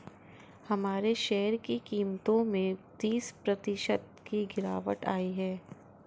हमारे शेयर की कीमतों में तीस प्रतिशत की गिरावट आयी है